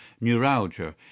neuralgia